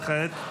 וכעת?